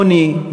עוני,